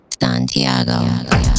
Santiago